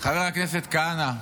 חבר הכנסת כהנא,